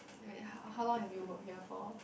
oh ya how how long have you work here for